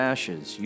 Ashes